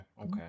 okay